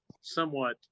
somewhat